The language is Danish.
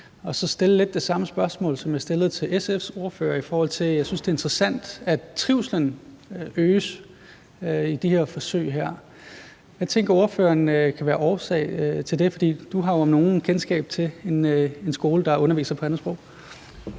så stille det samme spørgsmål, som jeg stillede til SF's ordfører. Jeg synes, det er interessant, at trivslen øges med de her forsøg. Hvad tænker ordføreren kan være årsagen til det? For du har jo om nogen kendskab til en skole, der underviser på et andet sprog.